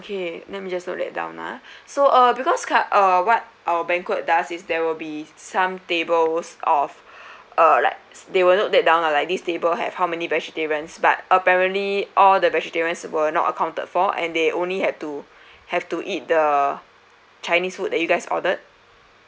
okay let me just note that down ah so uh because cut uh what our banquet does is there will be some tables of uh like they will note that down lah like this table have how many vegetarians but apparently all the vegetarian were not accounted for and they only had to have to eat the chinese food that you guys ordered